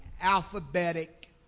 alphabetic